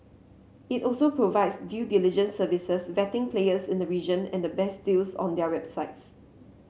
it also provides due diligence services vetting players in the region and the best deals on their websites